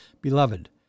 Beloved